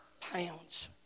pounds